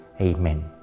Amen